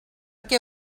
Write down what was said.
què